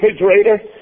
refrigerator